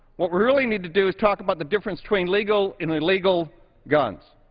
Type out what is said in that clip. what we really need to do is talk about the difference between legal and illegal guns.